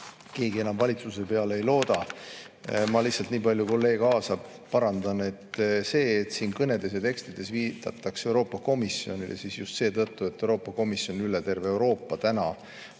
keegi enam valitsuse peale ei looda. Ma lihtsalt nii palju kolleeg Aasa parandan, et siin kõnedes ja tekstides viidatakse Euroopa Komisjonile just seetõttu, et Euroopa Komisjon otsib üle terve Euroopa